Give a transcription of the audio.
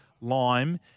lime